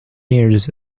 ears